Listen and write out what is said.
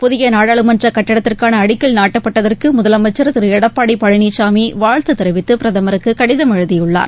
புதியநாடாளுமன்றகட்டடத்திற்கானஅடிக்கல் நாட்டப்பட்டதற்குமுதலமைச்சர் திருஎடப்பாடிபழனிசாமிவாழ்த்துதெரிவித்து பிரதமருக்குகடிதம் எழுதியுள்ளார்